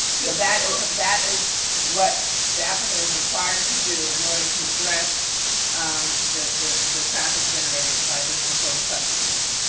yeah that is that is what the applicant is required to do in order to address um the the traffic generated by this proposed subdivision.